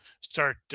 start